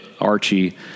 Archie